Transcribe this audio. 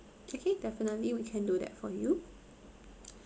okay definitely we can do that for you